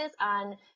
on